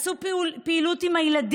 עשו פעילות משותפת עם הילדים.